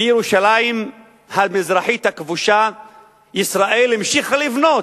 בירושלים המזרחית הכבושה ישראל המשיכה לבנות.